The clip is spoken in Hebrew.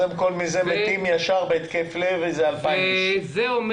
זה אומר